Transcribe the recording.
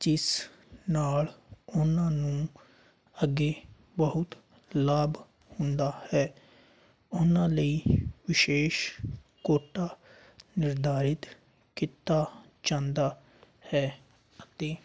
ਜਿਸ ਨਾਲ ਉਹਨਾਂ ਨੂੰ ਅੱਗੇ ਬਹੁਤ ਲਾਭ ਹੁੰਦਾ ਹੈ ਉਹਨਾਂ ਲਈ ਵਿਸ਼ੇਸ਼ ਕੋਟਾ ਨਿਰਧਾਰਿਤ ਕੀਤਾ ਜਾਂਦਾ ਹੈ ਅਤੇ